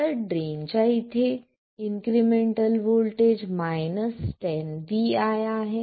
तर ड्रेन च्या इथे इन्क्रिमेंटल व्होल्टेज 10 vi आहे